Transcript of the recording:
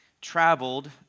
traveled